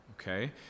okay